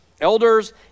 Elders